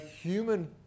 human